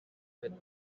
with